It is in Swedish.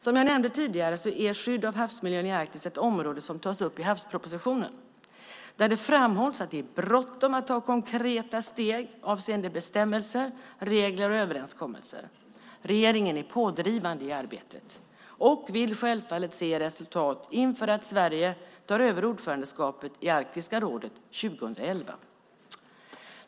Som jag tidigare nämnde är skyddet av havsmiljön i Arktis ett område som tas upp i havspropositionen, där det framhålls att det är bråttom med att ta konkreta steg avseende bestämmelser, regler och överenskommelser. Regeringen är pådrivande i arbetet och vill självfallet se resultat inför år 2011 då Sverige tar över ordförandeskapet i Arktiska rådet.